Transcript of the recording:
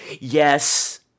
Yes